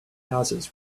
houses